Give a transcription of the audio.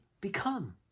become